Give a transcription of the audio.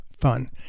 fun